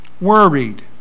Worried